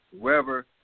whoever